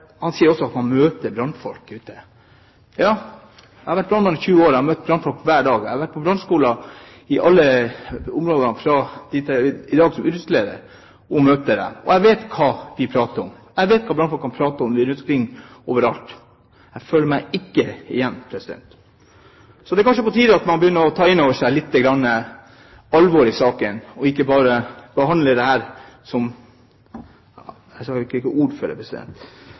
Han sier også at han møter brannfolk ute. Jeg har vært brannmann i 20 år, jeg har møtt brannfolk hver dag, jeg har vært på brannskoler rundt i alle områder og møtt dem, og jeg vet hva de prater om. Jeg vet hva brannfolkene prater om rundt omkring over alt. Jeg kjenner meg ikke igjen. Så det er kanskje på tide at man begynner å ta lite grann inn over seg alvoret i saken, og ikke bare behandler dette som – jeg har nesten ikke ord for det. Men jeg